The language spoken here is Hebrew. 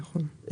נכון.